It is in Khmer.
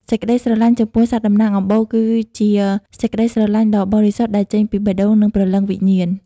សេចក្តីស្រឡាញ់ចំពោះសត្វតំណាងអំបូរ គឺជាសេចក្តីស្រឡាញ់ដ៏បរិសុទ្ធដែលចេញពីបេះដូង និងព្រលឹងវិញ្ញាណ។